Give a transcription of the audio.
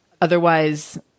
otherwise